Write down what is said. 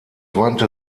wandte